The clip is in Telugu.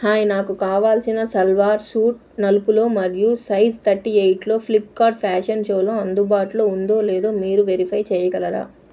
హాయ్ నాకు కావలసిన సల్వార్ సూట్ నలుపులో మరియు సైజ్ థర్టీ ఎయిట్లో ఫ్లిప్కార్ట్ ఫ్యాషన్ షోలో అందుబాటులో ఉందో లేదో మీరు వెరిఫై చేయగలరా